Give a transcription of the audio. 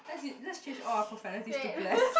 that's it let's change all our profanities to bless